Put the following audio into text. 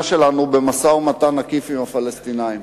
שלנו במשא-ומתן עקיף עם הפלסטינים.